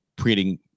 creating